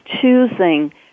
choosing